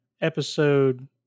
episode